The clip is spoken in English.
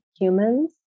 humans